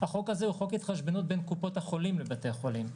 החוק הזה הוא חוק התחשבנות בין קופות החולים לבתי החולים,